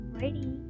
ready